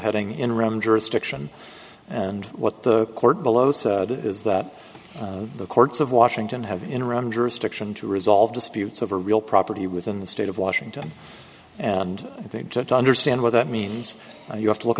heading in realm jurisdiction and what the court below say is that the courts of washington have interim jurisdiction to resolve disputes over real property within the state of washington and i think to understand what that means you have to look